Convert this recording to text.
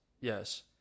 yes